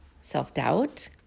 self-doubt